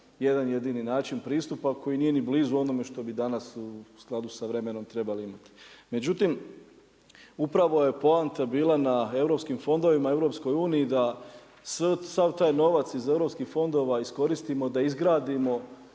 jedan jedini način pristupa koji nije ni blizu onome što bi danas, u skladu s vremenom trebali imati. Međutim, upravo je poanta bila na europskim fondovima, EU, da sav taj novac iz europskih fondovima, iskoristimo, da izgradimo